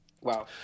wow